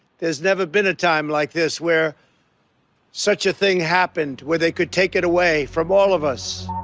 there's never been a time like this where such a thing happened where they could take it away from all of us.